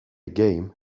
game